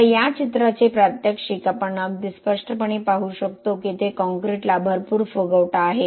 आता या चित्राचे प्रात्यक्षिक आपण अगदी स्पष्टपणे पाहू शकतो की येथे काँक्रीटला भरपूर फुगवटा आहे